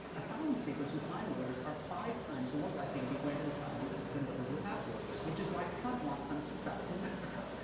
asylum seekers who find lawyers are five times more likely to be granted asylum than those without lawyers, which is why trump wants them stuck in mexico.